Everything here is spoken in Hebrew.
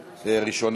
במשפחה),